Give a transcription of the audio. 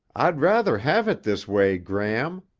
i'd rather have it this way, gram.